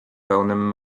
pełnym